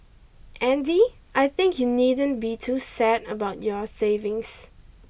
Andy I think you needn't be too sad about your savings